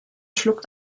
schluckt